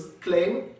claim